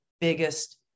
biggest